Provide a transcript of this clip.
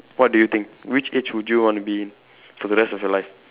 what do you think which age would you want to be for the rest of your life